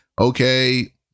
okay